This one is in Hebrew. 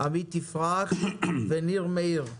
עמית יפרח וניר מאיר.